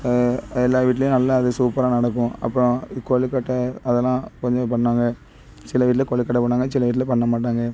எல்லா வீட்டிலயும் நல்லா அது சூப்பராக நடக்கும் அப்பறம் இது கொலுக்கட்டை அதெலாம் கொஞ்சம் பண்ணாங்க சில வீட்டில கொலுக்கட்டை பண்ணுவாங்க சில வீட்டில பண்ண மாட்டாங்க